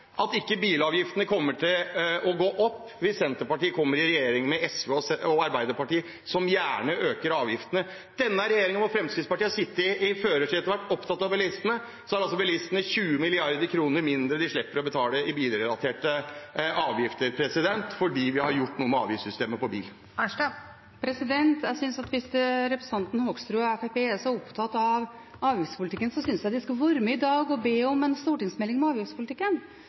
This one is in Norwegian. at ikke bilavgiftene kommer til å gå opp hvis Senterpartiet kommer i regjering med SV og Arbeiderpartiet, som gjerne øker avgiftene? Med denne regjeringen, hvor Fremskrittspartiet har sittet i førersetet og vært opptatt av bilistene, har altså bilistene fått 20 mrd. kr mindre de må betale i bilrelaterte avgifter, fordi vi har gjort noe med avgiftssystemet på bil. Hvis representanten Hoksrud og Fremskrittspartiet er så opptatt av avgiftspolitikken, synes jeg de skal være med i dag og be om en stortingsmelding om avgiftspolitikken,